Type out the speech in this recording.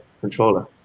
controller